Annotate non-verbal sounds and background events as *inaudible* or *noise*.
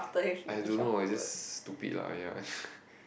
I don't know I just stupid lah !aiya! *breath*